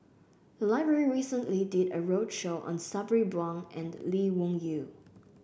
the library recently did a roadshow on Sabri Buang and Lee Wung Yew